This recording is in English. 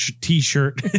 t-shirt